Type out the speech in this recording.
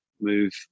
move